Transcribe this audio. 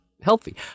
healthy